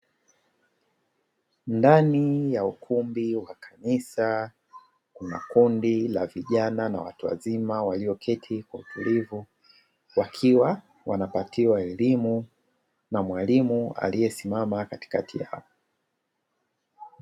Ndani ya ukumbi wa kanisa, kuna kundi la vijana na watu wazima walioketi kwa utulivu, wakiwa wanapatiwa elimu na mwalimu aliyesimama katikati yao.